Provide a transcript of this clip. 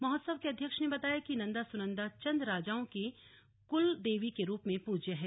महोत्सव के अध्यक्ष ने बताया कि नन्दा सुनंदा चन्द राजाओं की कुल देवी के रूप में पूज्य है